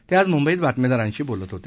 ते आज मुंबईत बातमीदारांशी बोलत होते